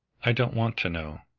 i don't want to know.